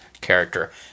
character